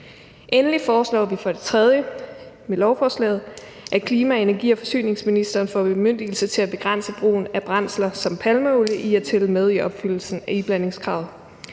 Endelig foreslår vi med lovforslaget som det tredje, at klima-, energi- og forsyningsministeren får bemyndigelse til at begrænse brugen af brændsler som palmeolie i at tælle med i opfyldelsen af iblandingskravet.